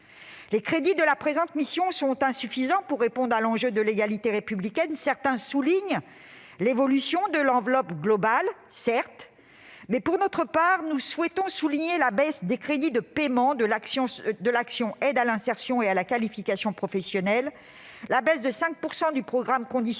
Les crédits de la présente mission sont insuffisants pour répondre à cet enjeu de l'égalité républicaine. Certains soulignent l'évolution de l'enveloppe globale. Certes ! Pour notre part, nous souhaitons insister sur la baisse des crédits de paiement de l'action Aide à l'insertion et à la qualification professionnelle, sur la diminution de 5 % de ceux du programme « Conditions